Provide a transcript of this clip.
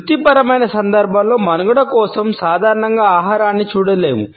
వృత్తిపరమైన సందర్భంలో మనుగడ కోసం సాధనంగా ఆహారాన్ని చూడలేము